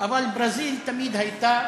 אבל ברזיל תמיד הייתה